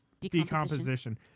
decomposition